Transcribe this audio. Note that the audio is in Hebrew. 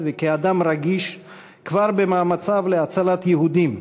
וכאדם רגיש כבר במאמציו להצלת יהודים